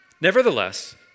Nevertheless